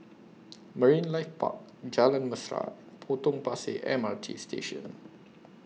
Marine Life Park Jalan Mesra and Potong Pasir M R T Station